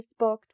Facebook